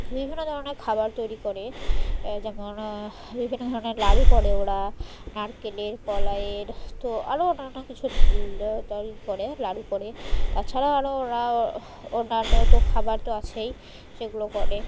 বিভিন্ন ধরনের খাবার তৈরি করে যেমন বিভিন্ন ধরনের নাড়ু করে ওরা নারকেলের কলাইয়ের তো আরও অন্যান্য কিছু তৈরি করে নাড়ু করে তাছাড়াও আরও ওরা অন্যান্য তো খাবার তো আছেই সেগুলো করে